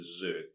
dessert